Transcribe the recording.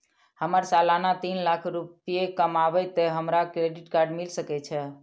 हमर सालाना तीन लाख रुपए कमाबे ते हमरा क्रेडिट कार्ड मिल सके छे?